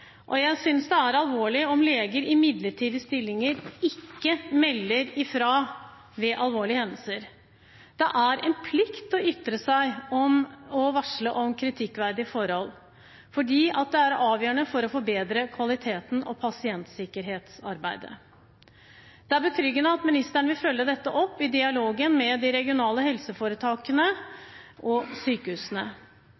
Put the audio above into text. Jeg synes det er alvorlig om leger i midlertidige stillinger ikke melder fra ved alvorlige hendelser. Det er en plikt å ytre seg og varsle om kritikkverdige forhold fordi det er avgjørende for å forbedre kvaliteten og pasientsikkerhetsarbeidet. Det er betryggende at ministeren vil følge dette opp i dialogen med de regionale helseforetakene